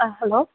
hello